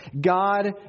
God